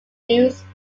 produce